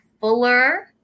fuller